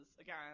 again